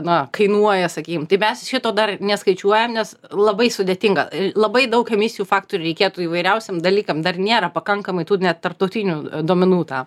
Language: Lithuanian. na kainuoja sakykim tai mes šito dar neskaičiuojam nes labai sudėtinga labai daug emisijų faktorių reikėtų įvairiausiem dalykam dar nėra pakankamai tų net tarptautinių duomenų tam